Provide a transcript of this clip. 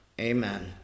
Amen